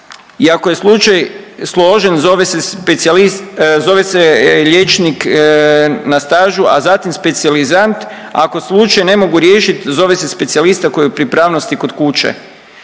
zove se specijalist, zove se liječnik na stažu, a zatim specijalizant, ako slučaj ne mogu riješiti zove se specijalista koji je u pripravnosti kod kuće.